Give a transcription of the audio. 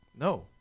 no